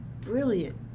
brilliant